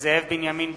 זאב בנימין בגין,